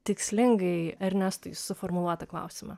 tikslingai ernestui suformuluotą klausimą